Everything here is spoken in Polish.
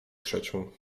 trzecią